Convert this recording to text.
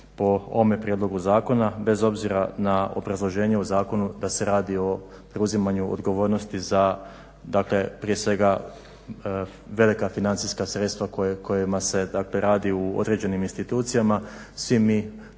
po ovome prijedlogu zakona bez obzira na obrazloženje u zakonu da se radi o preuzimanju odgovornosti za prije svega velika financijska sredstva kojima se radi u određenim institucijama. Svi mi